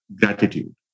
gratitude